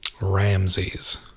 Ramses